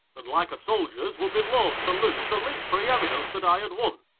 and, like a soldiers, would be loath to lose the least pre-eminence that i had won.